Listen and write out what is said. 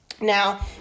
Now